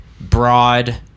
broad